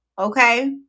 okay